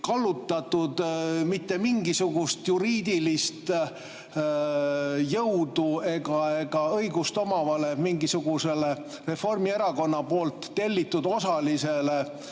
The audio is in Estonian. kallutatud, mitte mingisugust juriidilist jõudu omavale mingisugusele Reformierakonna tellitud osalisele